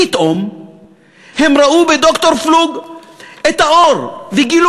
פתאום הם ראו אצל ד"ר פלוג את האור וגילו